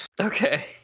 Okay